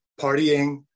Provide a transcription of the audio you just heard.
partying